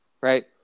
Right